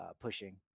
pushing